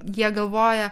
jie galvoja